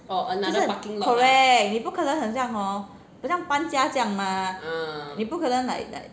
就是 correct 你不可能很像 hor 很像搬家这样 mah 你不可能 like like